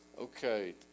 Okay